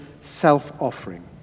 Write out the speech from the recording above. self-offering